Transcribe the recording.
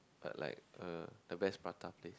but like uh the best prata place